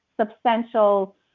substantial